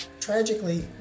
Tragically